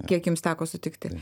kiek jums teko sutikti